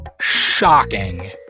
shocking